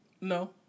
no